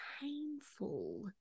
painful